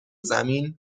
زمین